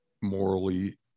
morally